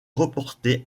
reportés